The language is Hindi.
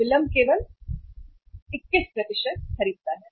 विलंब केवल 21 खरीदता है